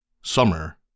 Summer